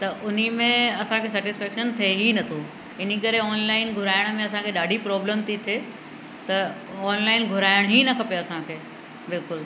त उन में असांखे सेटिसफैक्शन थिए ई नथो इन करे ऑनलाइन घुराइण में असांखे ॾाढी प्रॉब्लम थी थिए त ऑनलाइन घुराइण ई न खपे असांखे बिल्कुलु